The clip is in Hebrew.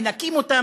מנכים אותם,